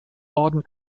orden